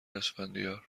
اسفندیار